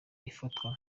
ifatwa